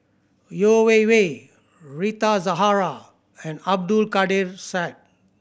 Yeo Wei Wei Rita Zahara and Abdul Kadir Syed